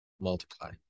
Multiply